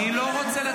הערות ביניים מותר.